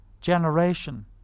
generation